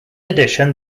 addition